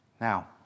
Now